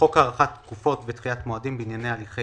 בחוק הארכת תקופות ודחיית מועדים בענייני הליכי